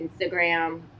Instagram